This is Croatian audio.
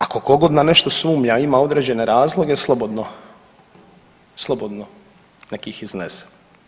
A ako tkogod na nešto sumnja, ima određene razloge slobodno nek ih iznese.